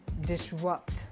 disrupt